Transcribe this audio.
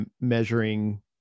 measuring